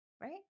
right